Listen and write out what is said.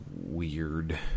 weird